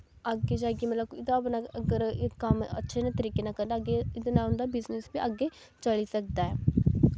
अग्गें जाइयै मतलब कोई अपना अगर कम्म अच्छे तरीके न करन अग्गें एह्दे कन्नै उं'दा बिजनेस बी अग्गें चली सकदा ऐ